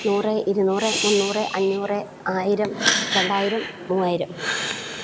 നൂറ് ഇരുന്നൂറ് മുന്നൂറ് അഞ്ഞൂറ് ആയിരം രണ്ടായിരം മൂവായിരം